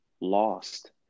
lost